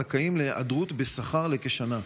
זכאים להיעדרות בשכר למשך כשנה.